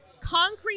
concrete